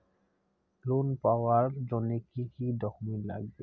Loan পাওয়ার জন্যে কি কি ডকুমেন্ট লাগবে?